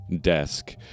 desk